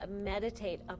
meditate